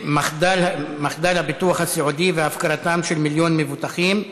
הצעות לסדר-היום: מחדל הביטוח הסיעודי והפקרתם של מיליון מבוטחים,